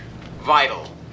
vital